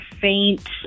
faint